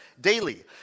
daily